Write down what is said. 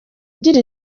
ugira